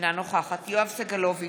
אינה נוכחת יואב סגלוביץ'